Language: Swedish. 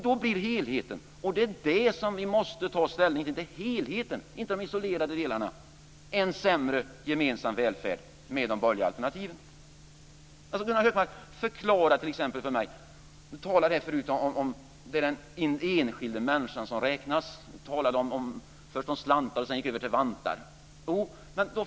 Då blir helheten - och det är helheten som vi måste ta ställning till, inte de isolerade delarna - av de borgerliga alternativen en sämre gemensam välfärd. Gunnar Hökmark talade nyss om att det är den enskilda människan som räknas. Han talade först om slantar och gick sedan över till vantar.